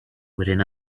within